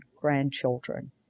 grandchildren